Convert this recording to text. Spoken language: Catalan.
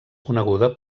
coneguda